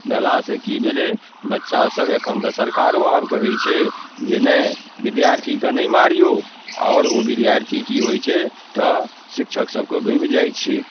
भेलासँ कि भेलै बच्चासभ एखन तऽ सरकारो आब कहै छै जे नहि विद्यार्थीके नहि मारिऔ आओर ओ विद्यार्थी कि होइ छै तऽ शिक्षक सभके गमि जाइ छै